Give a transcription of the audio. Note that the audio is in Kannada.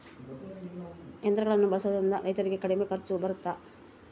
ಯಂತ್ರಗಳನ್ನ ಬಳಸೊದ್ರಿಂದ ರೈತರಿಗೆ ಕಡಿಮೆ ಖರ್ಚು ಬರುತ್ತಾ?